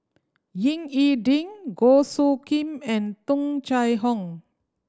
Ying E Ding Goh Soo Khim and Tung Chye Hong